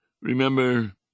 Remember